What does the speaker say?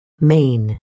Main